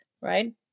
right